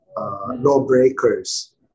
lawbreakers